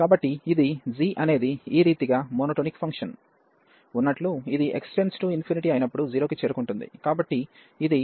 కాబట్టి ఇది g అనేది ఈ రీతిగా మోనోటోనిక్ ఫంక్షన్ ఉన్నట్టు ఇది x→∞ అయినప్పుడు 0 కి చేరుకుంటుంది కాబట్టి ఇది మరొక స్థితి